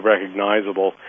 recognizable